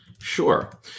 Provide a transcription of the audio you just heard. Sure